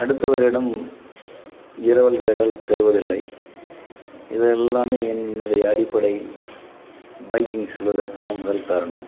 அடுத்தவரிடம் இரவல் கேட்டால் தருவதில்லை இதெல்லாமே என்னுடைய அடிப்படை பைக்கிங் செல்வதற்கான முதல் காரணம்